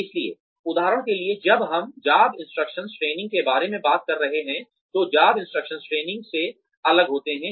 इसलिए उदाहरण के लिए जब हम जॉब इंस्ट्रक्शन ट्रेनिंग के बारे में बात कर रहे हैं तो जॉब इंस्ट्रक्शन ट्रेनिंग से अलग होते हैं